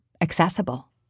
accessible